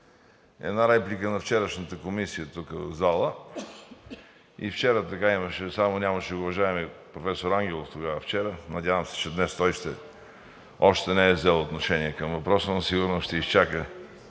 една реплика на вчерашната Комисия тук в залата. И вчера имаше, само го нямаше уважаемия професор Ангелов вчера, надявам се, че днес ще... Той още не е взел отношение към въпроса, но сигурно ще изчака...